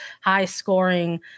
high-scoring